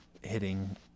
hitting